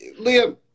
Liam